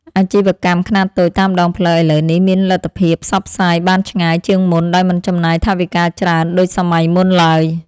អាជីវកម្មខ្នាតតូចតាមដងផ្លូវឥឡូវនេះមានលទ្ធភាពផ្សព្វផ្សាយបានឆ្ងាយជាងមុនដោយមិនចំណាយថវិកាច្រើនដូចសម័យមុនឡើយ។